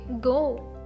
go